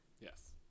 Yes